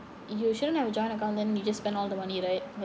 you shouldn't have a joint account then you just spend all the money right